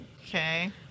Okay